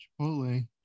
Chipotle